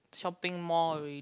shopping mall already